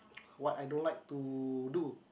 what I don't like to do